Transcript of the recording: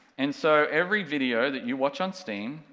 and so every video that you watch on steam,